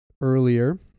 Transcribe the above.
earlier